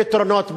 פתרונות ביניים,